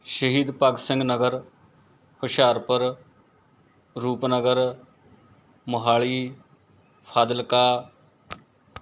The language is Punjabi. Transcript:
ਸ਼ਹੀਦ ਭਗਤ ਸਿੰਘ ਨਗਰ ਹੁਸ਼ਿਆਰਪੁਰ ਰੂਪਨਗਰ ਮੋਹਾਲੀ ਫਾਜ਼ਿਲਕਾ